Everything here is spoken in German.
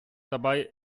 dabei